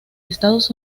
estados